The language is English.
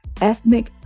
ethnic